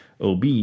OB